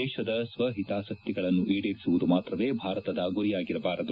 ದೇಶದ ಸ್ವಹಿತಾಸಕ್ತಿಗಳನ್ನು ಈಡೇರಿಸುವುದು ಮಾತ್ರವೇ ಭಾರತದ ಗುರಿಯಾಗಿರಬಾರದು